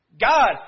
God